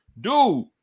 dude